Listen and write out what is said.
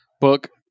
book